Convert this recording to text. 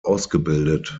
ausgebildet